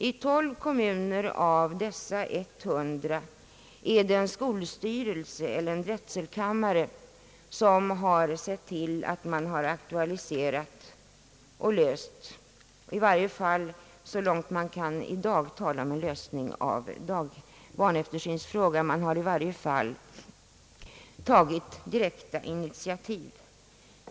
I 12 av dessa 100 kommuner är det en skolstyrelse eller en drätselkammare som tagit direkta initiativ för att lösa barneftersynsfrågan; man har aktualiserat och löst frågan i varje fall så långt vi i dag kan tala om en lösning.